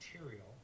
material